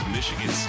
Michigan